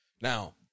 Now